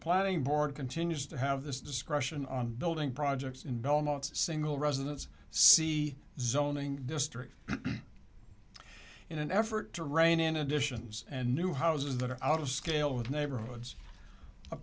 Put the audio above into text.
planning board continues to have this discretion on building projects in belmont single residence see zoning district in an effort to rein in additions and new houses that are out of scale with neighborhoods a